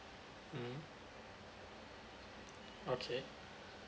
mm okay